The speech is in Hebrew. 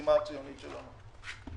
המשימה הציונית שלנו.